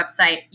website